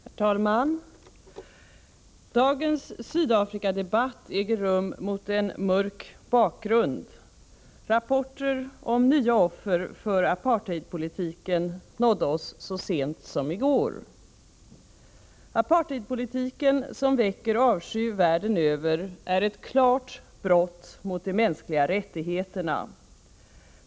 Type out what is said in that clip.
Herr talman! Dagens Sydafrikadebatt äger rum mot en mörk bakgrund. Rapporter om nya offer för apartheidpolitiken nådde oss så sent som i går. Apartheidpolitiken, som väcker avsky över hela världen, är ett klart brott mot de mänskliga rättigheterna.